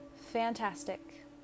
fantastic